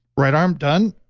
right arm done